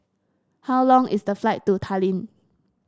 how long is the flight to Tallinn